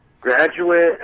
graduate